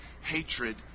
hatred